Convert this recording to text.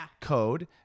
code